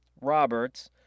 Roberts